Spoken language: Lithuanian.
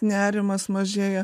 nerimas mažėja